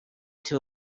too